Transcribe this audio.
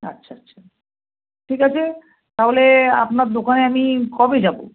আচ্ছা আচ্ছা ঠিক আচে তাহলে আপনার দোকানে আমি কবে যাব